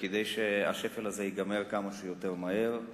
כדי שהשפל הזה ייגמר כמה שיותר מהר.